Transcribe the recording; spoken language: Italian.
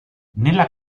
nella